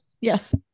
Yes